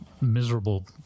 miserable